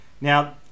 Now